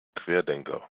querdenker